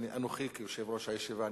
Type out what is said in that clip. ואנוכי כיושב-ראש הישיבה,